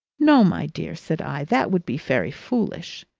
no, my dear, said i. that would be very foolish.